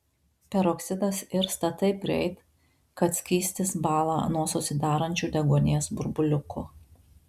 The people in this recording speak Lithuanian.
peroksidas irsta taip greit kad skystis bąla nuo susidarančių deguonies burbuliukų